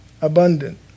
Abundant